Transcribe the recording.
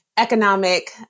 Economic